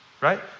right